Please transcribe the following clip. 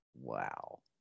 wow